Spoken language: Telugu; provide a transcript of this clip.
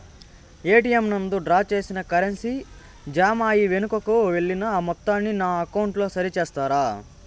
ఎ.టి.ఎం నందు డ్రా చేసిన కరెన్సీ జామ అయి వెనుకకు వెళ్లిన మొత్తాన్ని నా అకౌంట్ లో సరి చేస్తారా?